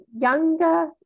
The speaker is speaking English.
younger